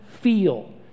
feel